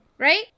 right